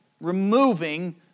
Removing